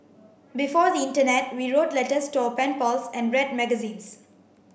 before the internet we wrote letters to our pen pals and read magazines